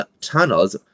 tunnels